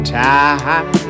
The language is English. time